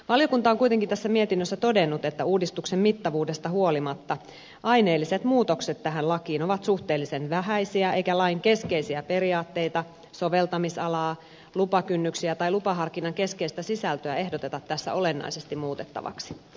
valiokunta on kuitenkin mietinnössään todennut että uudistuksen mittavuudesta huolimatta aineelliset muutokset lakiin ovat suhteellisen vähäisiä eikä lain keskeisiä periaatteita soveltamisalaa lupakynnyksiä tai lupaharkinnan keskeistä sisältöä ehdoteta tässä olennaisesti muutettavaksi